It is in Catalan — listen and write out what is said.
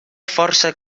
força